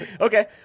Okay